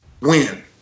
win